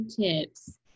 tips